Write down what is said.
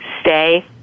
stay